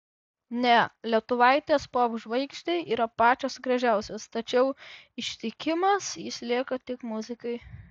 ne lietuvaitės popžvaigždei yra pačios gražiausios tačiau ištikimas jis lieka tik muzikai